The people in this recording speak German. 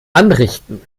anrichten